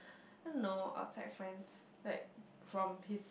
I don't know outside friends like from his